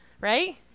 right